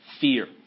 fear